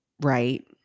right